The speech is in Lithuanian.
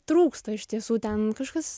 trūksta iš tiesų ten kažkas